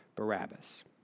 Barabbas